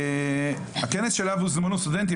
הכנס שאליו הוזמנו סטודנטים,